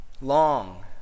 Long